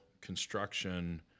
construction